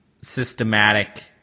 systematic